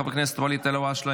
חבר הכנסת ואליד אלהואשלה,